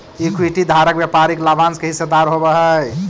equity धारक व्यापारिक लाभांश के हिस्सेदार होवऽ हइ